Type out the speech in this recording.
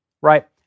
right